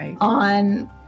on